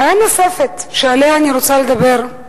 בעיה נוספת שאני רוצה לדבר עליה: